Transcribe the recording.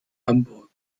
hamburg